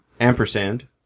Ampersand